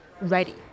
ready